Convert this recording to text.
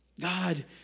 God